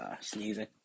sneezing